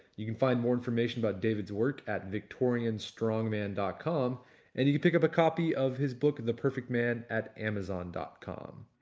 you can find more information about david's work at victorianstrongman dot com and you could pick up a copy of his book, the perfect man at amazon dot com.